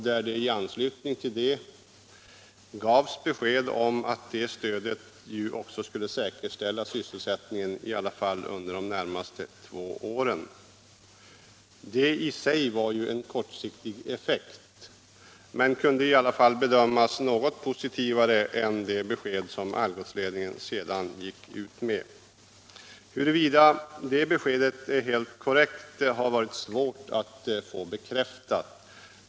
Då lämnades beskedet att det stödet skulle säkerställa sysselsättningen i varje fall de närmaste två åren. Det var ju i sig en kortvarig effekt men kunde i alla fall bedömas som något positivare än det besked som Algotsledningen sedan gått ut med. Om det beskedet är helt korrekt har varit svårt att få bekräftat.